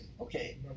Okay